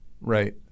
Right